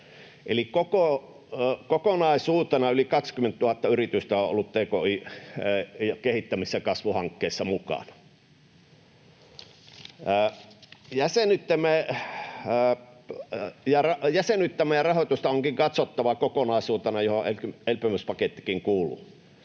kokonaisuutena yli 20 000 yritystä on ollut kehittämis- ja kasvuhankkeissa mukana. Jäsenyyttämme ja rahoitusta onkin katsottava kokonaisuutena, johon elpymispakettikin kuuluu.